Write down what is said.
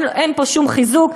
אין פה שום חיזוק,